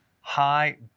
high